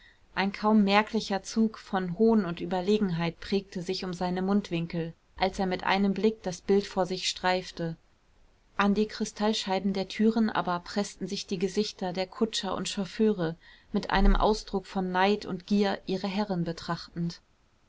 ein kaum merklicher zug von hohn und überlegenheit prägte sich um seine mundwinkel als er mit einem blick das bild vor sich streifte an die kristallscheiben der türen aber preßten sich die gesichter der kutscher und chauffeure mit einem ausdruck von neid und gier ihre herren betrachtend